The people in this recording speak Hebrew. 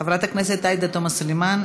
חברת הכנסת עאידה תומא סלימאן,